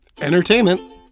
entertainment